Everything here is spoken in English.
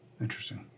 Interesting